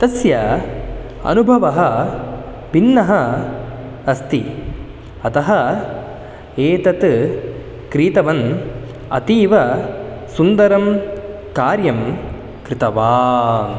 तस्य अनुभवः भिन्नः अस्ति अतः एतत् क्रीतवान् अतीव सुन्दरं कार्यं कृतवान्